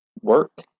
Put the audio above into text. work